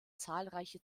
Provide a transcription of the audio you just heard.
zahlreiche